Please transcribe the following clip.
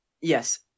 Yes